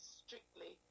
strictly